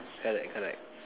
correct correct